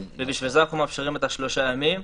ובשביל זה אנחנו מאפשרים את שלושת הימים.